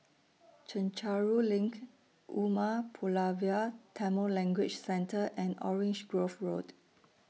Chencharu LINK Umar Pulavar Tamil Language Centre and Orange Grove Road